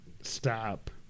Stop